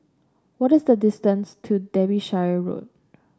what is the distance to Derbyshire Road